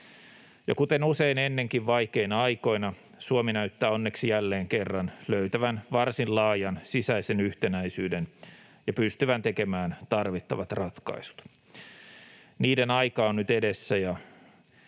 Kuten usein ennenkin vaikeina aikoina, Suomi näyttää onneksi jälleen kerran löytävän varsin laajan sisäisen yhtenäisyyden ja pystyvän tekemään tarvittavat ratkaisut. Niiden aika on nyt edessä,